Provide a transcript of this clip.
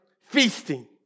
feasting